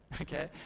okay